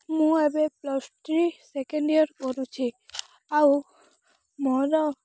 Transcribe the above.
ମୁଁ ଏବେ plus three second year ପଢ଼ୁଛି ଆଉ ମୋର